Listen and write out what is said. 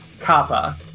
Kappa